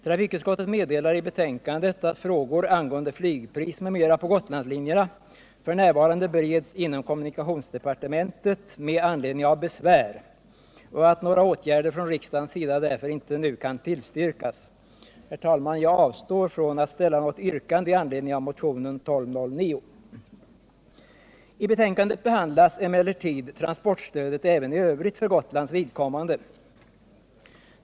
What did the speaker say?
Trafikutskottet meddelar i betänkandet att frågor angående flygpris m.m. på Gotlandslinjerna f. n. bereds inom kommunikationsdepartementet med anledning av besvär, och att några åtgärder från riksdagens sida därför inte nu kan tillstyrkas. Herr talman! Jag avstår från att ställa något yrkande med anledning av motionen 1209. I betänkandet behandlas emellertid transportstödet även i övrigt för Gotlands vidkommande.